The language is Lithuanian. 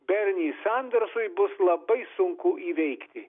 berni sandersui bus labai sunku įveikti